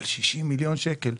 על 60 מיליון שקל.